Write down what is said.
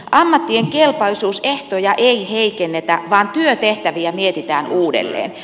ammattien kelpoisuusehtoja ei heikennetä vaan työtehtäviä mietitään uudelleen